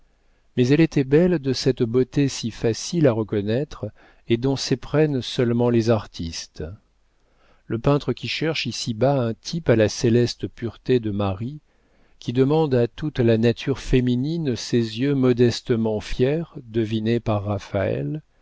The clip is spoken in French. mais elle était belle de cette beauté si facile à reconnaître et dont s'éprennent seulement les artistes le peintre qui cherche ici-bas un type à la céleste pureté de marie qui demande à toute la nature féminine ces yeux modestement fiers devinés par raphaël